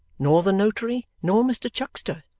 nor the notary, nor mr chuckster.